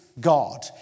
God